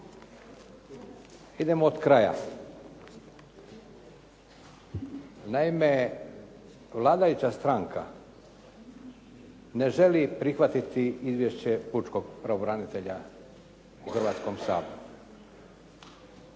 Idemo od kraja. Naime, vladajuća stranka ne želi prihvatiti izvješće pučkog pravobranitelja u Hrvatskom saboru.